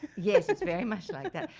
yes it's very much like that.